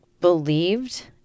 believed